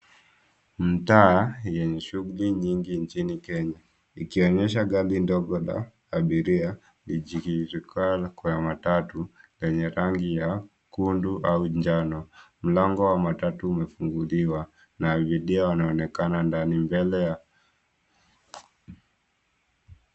Mtaa yenye shughuli nyingi nchini Kenya ikionyesha gari ndogo la abiria lijulikanayo kama matatu lenye rangi ya kundu au njano. Mlango wa matatu umefunguliwa na abiria wanaonekana ndani mbele ya...